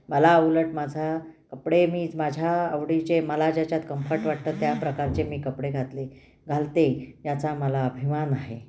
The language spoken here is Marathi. मला उलट माझा कपडे मी माझ्या आवडीचे मला ज्याच्यात कम्फर्ट वाटतं त्या प्रकारचे मी कपडे घातले घालते याचा मला अभिमान आहे